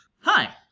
Hi